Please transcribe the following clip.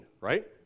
right